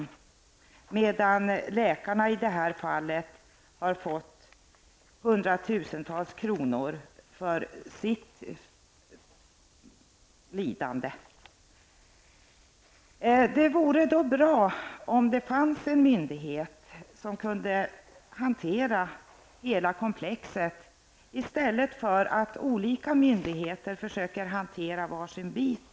Däremot har läkarna i det här fallet fått hundratusentals kronor för sitt lidande. Därför vore det bra om det fanns en myndighet som kan hantera hela komplexet i stället för att olika myndigheter försöker hantera varsin bit.